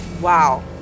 Wow